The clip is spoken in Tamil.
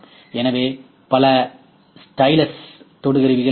எனவே பல ஸ்டைலஸ் தொடு கருவிகள் உள்ளன